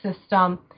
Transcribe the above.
system